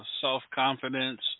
self-confidence